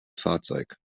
fahrzeug